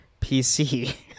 PC